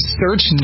search